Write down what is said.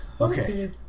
okay